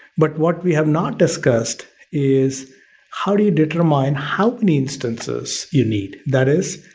but what we have not discussed is how do you determine how many instances you need? that is,